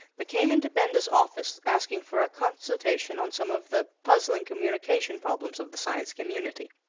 but came into benda's office asking for a consultation on some of the puzzling communication problems of the science community.